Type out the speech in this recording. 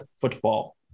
football